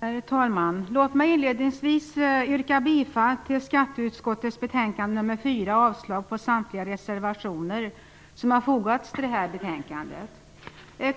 Herr talman! Låt mig inledningsvis yrka bifall till hemställan i skatteutskottets betänkande nr 4 och avslag på samtliga reservationer som har fogats till det här betänkandet.